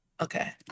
okay